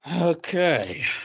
Okay